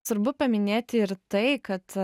svarbu paminėti ir tai kad